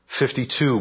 52